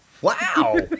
Wow